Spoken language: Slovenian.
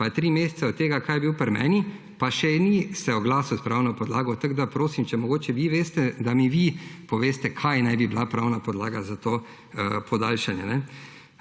Pa je tri mesece od tega, kar je bil pri meni, pa še se ni oglasil s pravno podlago. Tako prosim, če mogoče vi veste, da mi vi poveste, kaj naj bi bila pravna podlaga za to podaljšanje.